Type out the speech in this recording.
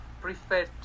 prefer